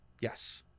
Yes